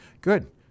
Good